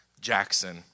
Jackson